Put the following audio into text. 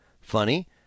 Funny